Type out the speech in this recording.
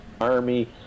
Army